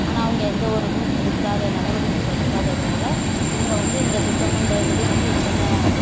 ஆனால் அவங்க எந்த ஒரு இதுவும் எடுக்காத நடவடிக்கையும் எடுக்காததுனால் இவங்க வந்து இந்த சுத்தம் பண்றதுலேயும் வந்து இத்தனை